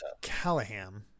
Callahan